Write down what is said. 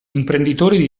imprenditori